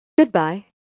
Goodbye